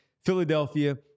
Philadelphia